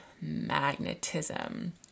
magnetism